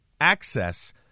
access